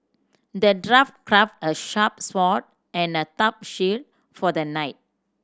the dwarf crafted a sharp sword and a tough shield for the knight